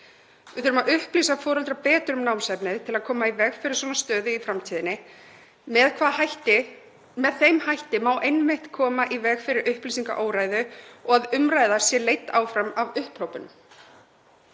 Við þurfum að upplýsa foreldra betur um námsefnið til að koma í veg fyrir svona stöðu í framtíðinni. Með þeim hætti má einmitt koma í veg fyrir upplýsingaóreiðu og að umræða sé leidd áfram af upphrópunum,